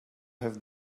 have